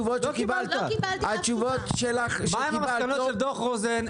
מה עם המסקנות של דוח רוזן?